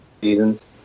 seasons